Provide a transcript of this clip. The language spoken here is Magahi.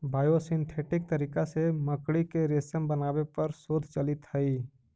बायोसिंथेटिक तरीका से मकड़ी के रेशम बनावे पर शोध चलित हई